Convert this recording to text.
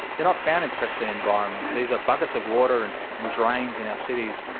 they are not found in pristine environments. these are buckets of water and and drains in our cities,